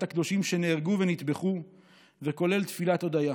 הקדושים שנהרגו ונטבחו וכולל תפילת הודיה.